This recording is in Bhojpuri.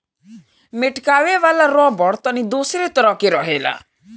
मेटकावे वाला रबड़ तनी दोसरे तरह के रहेला